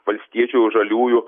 valstiečių žaliųjų